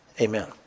Amen